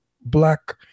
black